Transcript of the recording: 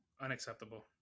Unacceptable